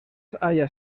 haya